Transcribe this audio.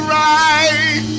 right